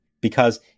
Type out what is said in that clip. because-